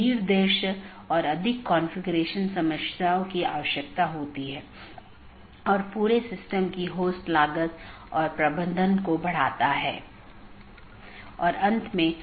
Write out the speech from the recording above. गैर संक्रमणीय में एक और वैकल्पिक है यह मान्यता प्राप्त नहीं है इस लिए इसे अनदेखा किया जा सकता है और दूसरी तरफ प्रेषित नहीं भी किया जा सकता है